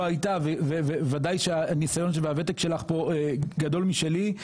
לא הייתה וודאי שהניסיון והוותק שלך פה גדול משלי,